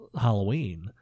Halloween